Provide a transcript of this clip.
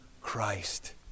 Christ